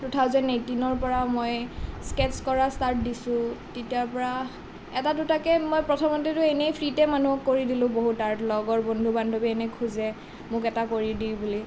two thousand এইট্টিনৰ পৰা মই স্কেটছ কৰা ষ্টাৰ্ট দিছো তেতিয়াৰ পৰা এটা দুটাকৈ মই প্ৰথমতেতো এনেই ফ্ৰীতে মানুহক কৰি দিলোঁ বহুত আৰ্ট লগৰ বন্ধু বান্ধৱীয়ে এনে খোজে মোক এটা কৰি দিবি বুলি